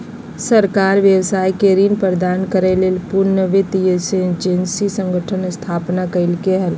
सरकार व्यवसाय के ऋण प्रदान करय ले पुनर्वित्त एजेंसी संगठन के स्थापना कइलके हल